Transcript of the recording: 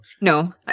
No